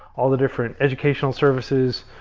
all the different educational services,